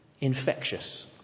infectious